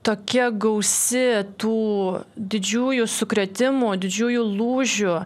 tokia gausi tų didžiųjų sukrėtimų didžiųjų lūžių